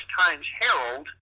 Times-Herald